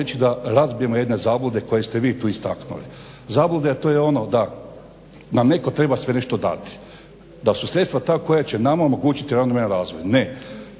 da razbijemo jedne zablude koje ste vi tu istaknuli. Zablude jer to je ono da nam netko treba sve nešto dati, da su sredstva ta koja će nama omogućiti ravnomjeran